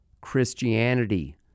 Christianity